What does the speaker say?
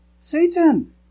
Satan